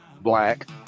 Black